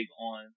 on